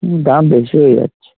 দাম বেশি হয়ে যাচ্ছে